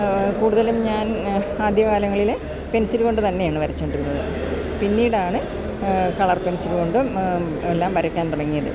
കൂടുതലും ഞാൻ ആദ്യ കാലങ്ങളില് പെൻസില് കൊണ്ടു തന്നെയാണ് വരച്ചുകൊണ്ടിരുന്നത് പിന്നീടാണ് കളർ പെൻസില് കൊണ്ടും എല്ലാം വരയ്ക്കാൻ തുടങ്ങിയത്